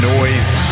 Noise